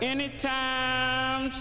Anytime